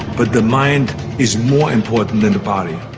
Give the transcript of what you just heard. but the mind is more important than the body.